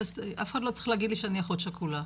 אף אחד לא צריך להגיד לי שאני אחות שכולה,